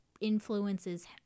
influences